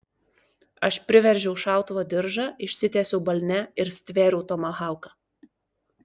aš priveržiau šautuvo diržą išsitiesiau balne ir stvėriau tomahauką